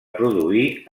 produir